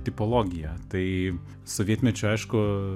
tipologija tai sovietmečiu aišku